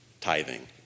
tithing